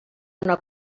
una